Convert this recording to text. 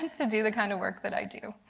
to do the kind of work that i do.